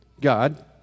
God